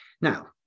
now